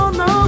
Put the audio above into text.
no